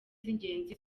z’ingenzi